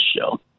show